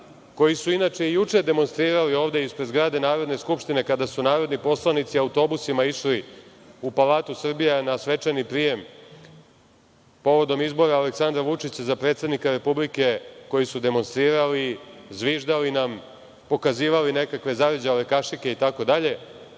koji su inače i juče demonstrirali ovde ispred zgrade Narodne skupštine kada su narodni poslanici autobusima išli u Palatu Srbija na svečani prijem povodom izbora Aleksandra Vučića za predsednika Republike, koji su demonstrirali, zviždali nam, pokazivali nam nekakve zarđale kašike itd,